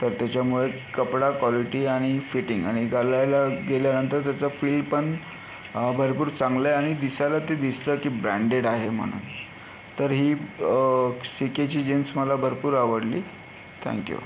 तर त्याच्यामुळे कपडा क्वालिटी आणि फिटिंग आणि घालायला गेल्यानंतर त्याचा फील पण भरपूर चांगला आहे आणि दिसायला ते दिसतं की ब्रँडेड आहे म्हणून तर ही सी केची जीन्स मला भरपूर आवडली थँक यू